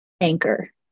anchor